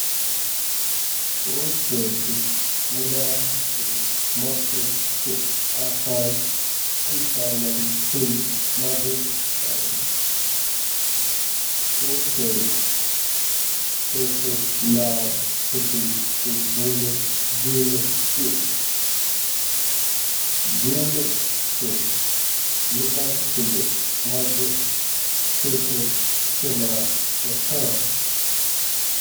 کوسٹرُک مقصد چھُ لوٗکَن ہٕنٛز خۄشحال تحریٖک تہٕ کٲشِرِ زبانہِ ہِنٛدِس کوسٹرَس منٛز چھُ جولی ہُنٛد مطلب